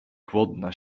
głodna